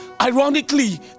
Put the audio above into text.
ironically